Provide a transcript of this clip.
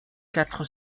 quatre